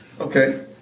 Okay